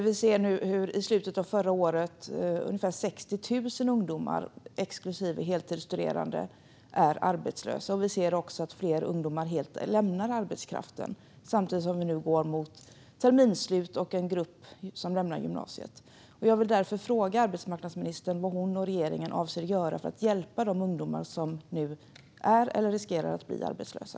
Vi såg i slutet av förra året att ungefär 60 000 ungdomar, exklusive heltidsstuderande, var arbetslösa. Vi ser också att fler ungdomar helt lämnar arbetskraften samtidigt som vi nu går mot terminsslut och en grupp som lämnar gymnasiet. Jag vill därför fråga arbetsmarknadsministern vad hon och regeringen avser att göra för att hjälpa de ungdomar som nu är eller riskerar att bli arbetslösa.